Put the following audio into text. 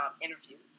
interviews